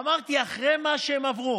אמרתי: אחרי מה שהם עברו,